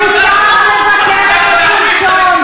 מותר לבקר את השלטון.